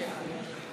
בקריאה השלישית.